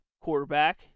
quarterback